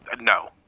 no